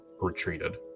retreated